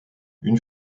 une